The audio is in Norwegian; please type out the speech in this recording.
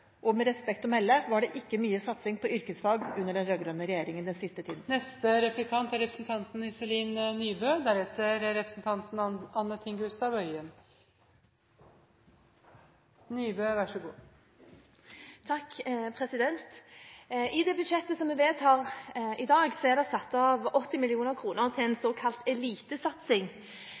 jobbe med en strategi som skal øke antallet lærlinger i staten. Regjeringen har startet et yrkesfagløft, og det var – med respekt å melde – ikke mye satsing på yrkesfag under den rød-grønne regjeringen den siste tiden. I budsjettet vi vedtar i dag, er det satt av 80 mill. kr til en såkalt elitesatsing.